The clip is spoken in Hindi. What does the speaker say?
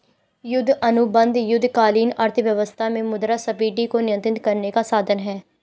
युद्ध अनुबंध युद्धकालीन अर्थव्यवस्था में मुद्रास्फीति को नियंत्रित करने का साधन हैं